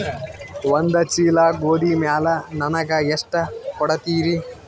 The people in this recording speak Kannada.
ಒಂದ ಚೀಲ ಗೋಧಿ ಮ್ಯಾಲ ನನಗ ಎಷ್ಟ ಕೊಡತೀರಿ?